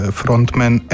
frontman